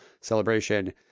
celebration